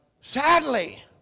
sadly